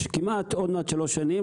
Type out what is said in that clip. כמעט עוד מעט שלוש שנים,